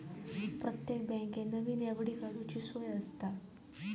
प्रत्येक बँकेत नवीन एफ.डी काडूची सोय आसता